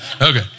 Okay